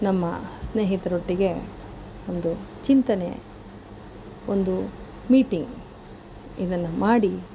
ನಮ್ಮ ಸ್ನೇಹಿತರೊಟ್ಟಿಗೆ ಒಂದು ಚಿಂತನೆ ಒಂದು ಮೀಟಿಂಗ್ ಇದನ್ನು ಮಾಡಿ